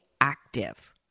active